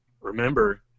remember